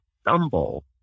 stumble